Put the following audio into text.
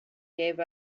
gave